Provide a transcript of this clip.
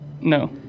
No